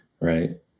right